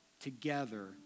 together